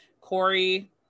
Corey